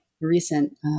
recent